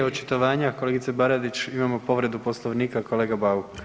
Prije očitovanja kolegice Baradić imamo povredu Poslovnika, kolega Bauk.